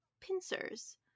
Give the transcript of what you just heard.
pincers